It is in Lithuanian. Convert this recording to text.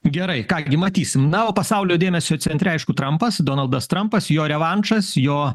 gerai ką gi matysim na o pasaulio dėmesio centre aišku trampas donaldas trampas jo revanšas jo